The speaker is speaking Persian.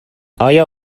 آیا